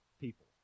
people